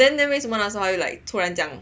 then then 为什么那时候 like 突然这样